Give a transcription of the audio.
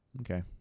okay